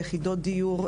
ליחידות דיור,